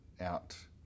out